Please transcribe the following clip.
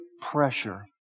pressure